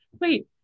wait